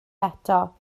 eto